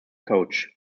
coach